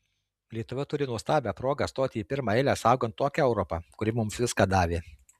lietuva turi nuostabią progą stoti į pirmą eilę saugant tokią europą kuri mums viską davė